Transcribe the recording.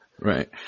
Right